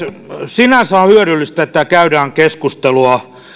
sinänsä on hyödyllistä että käydään keskustelua